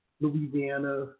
Louisiana